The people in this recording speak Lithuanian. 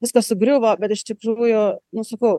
viskas sugriuvo bet iš tikrųjų nu sukau